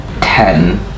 ten